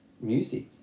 music